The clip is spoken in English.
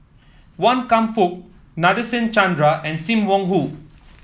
Wan Kam Fook Nadasen Chandra and Sim Wong Hoo